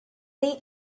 they